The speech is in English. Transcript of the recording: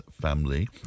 family